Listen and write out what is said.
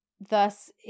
thus